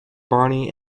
barney